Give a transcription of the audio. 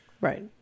Right